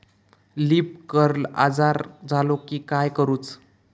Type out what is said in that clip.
Leaf curl आजार झालो की काय करूच?